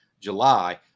July